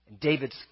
David's